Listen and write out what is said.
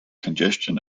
congestion